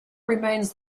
remains